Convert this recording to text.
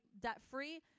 debt-free